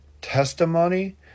testimony